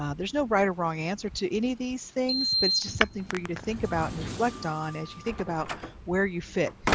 um there's no right or wrong answer to any of these things, but it's just something for you to think about and reflect on as you think about where you fit.